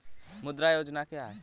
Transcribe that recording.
मुद्रा योजना क्या है?